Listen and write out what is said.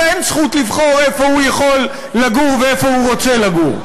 אין זכות לבחור איפה הוא יכול לגור ואיפה הוא רוצה לגור.